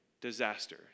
disaster